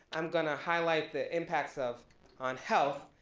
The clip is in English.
i'm gonna highlight the impacts of on health.